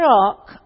rock